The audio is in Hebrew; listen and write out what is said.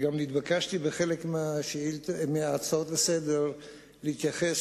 וגם נתבקשתי בחלק מההצעות לסדר-היום להתייחס